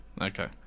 Okay